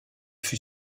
fut